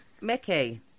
Mickey